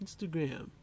Instagram